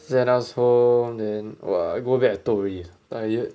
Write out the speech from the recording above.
send us home then !wah! I go back I toh already tired